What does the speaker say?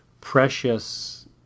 precious